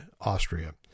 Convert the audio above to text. Austria